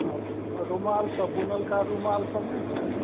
आओर रुमाल सब बुनलका रुमाल सब नहि छै